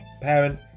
parent